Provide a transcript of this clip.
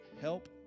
help